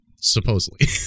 Supposedly